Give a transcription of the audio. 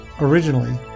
Originally